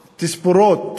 התספורות,